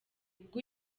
ubwo